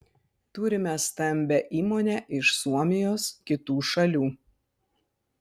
turime stambią įmonę iš suomijos kitų šalių